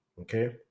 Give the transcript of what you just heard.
okay